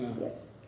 Yes